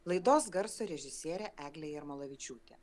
laidos garso režisierė eglė jarmolavičiūtė